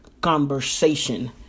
conversation